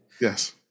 Yes